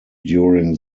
during